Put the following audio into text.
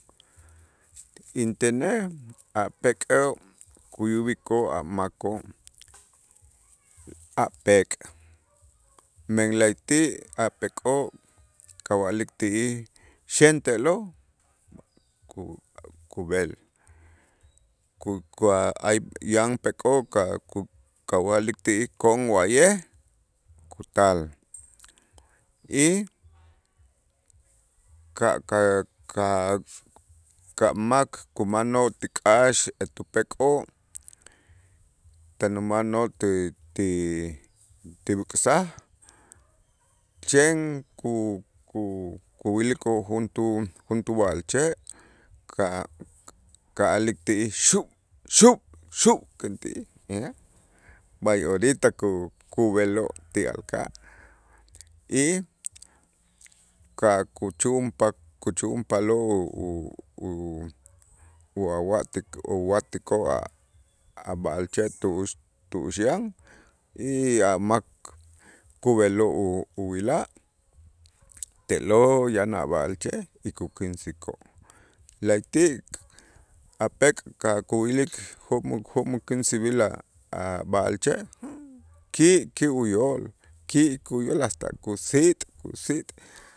Intenej a' pek'ej kuyib'ikoo' a' makoo' a' pek' men la'ayti' a' pek'oo' kawa'lik ti'ij xen te'lo' ku- kub'el, yan pek'oo' ka- ku- kawa'lik ti'ij kon wa'ye' kutal y ka' ka' ka' ka' mak kumanoo' ti kax etu pek'oo' tan umanoo' ti- ti- ti b'äk'saj chen ku- ku- kuwilikoo' juntuu juntuu b'a'alche' ka' ka' a'lik ti'ij xu' xu' xu' kän ti'ij b'ay orita ku- kub'eloo' ti alka' y ka' kuchu'unpa kuchu'unpaaloo' o o o wa- watiko watikoo' a' b'a'alche' tu'ux tu'ux yan y a' mak kub'eloo' u- uwilaj te'lo' yan a' b'a'alche' y kukinsikoo' la'ayti' a' pek' ka' kuyilik jo'mok jo'mok kinsib'il a' b'a'alche' ki' ki' uyool ki' uyool hasta kusiit' kusiit'.